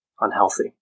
unhealthy